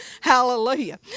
Hallelujah